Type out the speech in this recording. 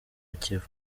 kivu